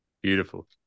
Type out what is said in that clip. Beautiful